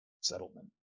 settlement